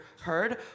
Heard